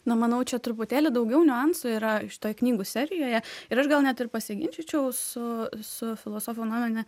na manau čia truputėlį daugiau niuansų yra šitoj knygų serijoje ir aš gal net ir pasiginčyčiau su su filosofo nuomone